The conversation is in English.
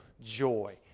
joy